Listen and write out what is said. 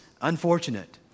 unfortunate